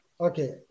Okay